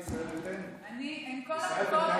עם כל הכבוד,